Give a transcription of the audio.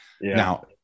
now